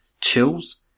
chills